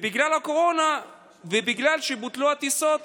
ובגלל הקורונה ובגלל שבוטלו הטיסות